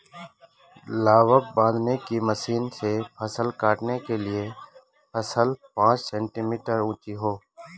लावक बांधने की मशीन से फसल काटने के लिए फसल पांच सेंटीमीटर ऊंची हो